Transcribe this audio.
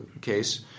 case